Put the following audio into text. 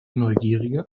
neugierige